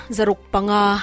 Zarukpanga